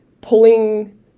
pulling